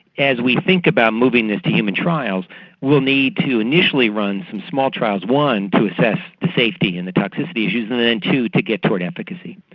as we think about moving this to human trials we'll need to initially run some small trials, one to assess the safety and the toxicity issues, and two to get toward efficacy.